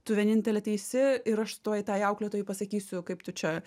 tu vienintelė teisi ir aš tuoj tai auklėtojai pasakysiu kaip tu čia